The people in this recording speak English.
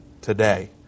today